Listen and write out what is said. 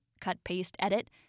cut-paste-edit